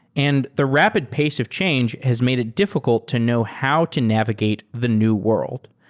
and the rapid pace of change has made a diffi cult to know how to navigate the new world.